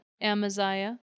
Amaziah